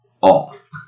off